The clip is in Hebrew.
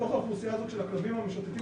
בתוך האוכלוסייה הזאת של הכלבים המשוטטים